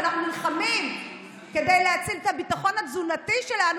שאנחנו נלחמים כדי להציל את הביטחון התזונתי שלנו,